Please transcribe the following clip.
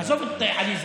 עזוב את עליזה,